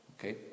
Okay